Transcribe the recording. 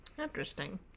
Interesting